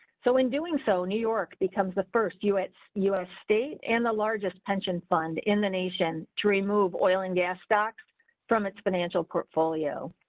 so, in doing so, new york becomes the first few at u. s. state and the largest pension fund in the nation to remove oil and gas stocks from its financial portfolio.